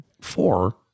Four